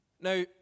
Now